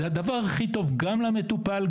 זה הדבר הכי טוב גם למטופל,